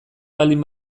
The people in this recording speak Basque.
baldin